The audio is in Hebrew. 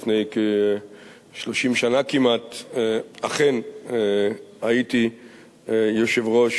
לפני כ-30 שנה כמעט אכן הייתי יושב-ראש